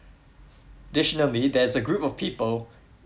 additionally there's a group of people